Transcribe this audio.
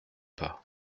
pas